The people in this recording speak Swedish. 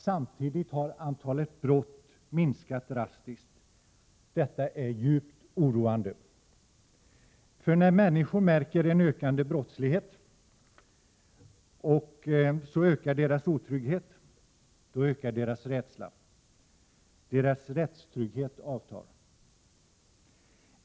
Samtidigt har andelen uppklarade brott minskat drastiskt. Detta är djupt oroande. När människor märker en ökande brottslighet, ökar deras otrygghet och deras rädsla — deras rättstrygghet avtar.